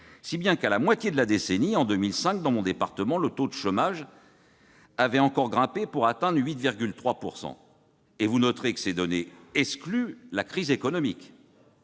Si bien que, à la moitié de la décennie, en 2005, dans mon département, le taux de chômage avait encore grimpé pour atteindre 8,3 %. Vous noterez que ces données excluent la crise économique.